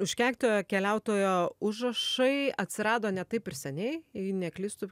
užkeiktoko keliautojo užrašai atsirado ne taip ir seniai jei neklystu